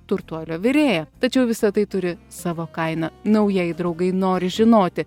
turtuolio virėja tačiau visa tai turi savo kainą naujieji draugai nori žinoti